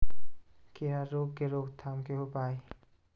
खीरा रोग के रोकथाम के उपाय?